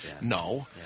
No